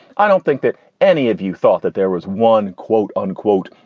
i don't think that any of you thought that there was one, quote unquote,